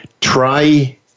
try